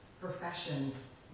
professions